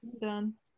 Done